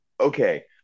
okay